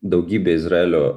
daugybė izraelio